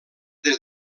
des